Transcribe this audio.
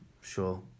sure